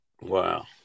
Wow